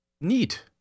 Neat